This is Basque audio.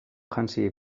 hansi